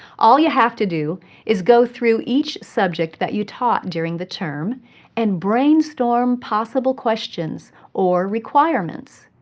all you have to do is go through each subject that you taught during the term and brainstorm possible questions or requirements.